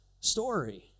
story